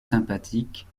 sympathique